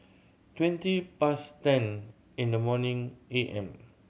twenty past ten in the morning A M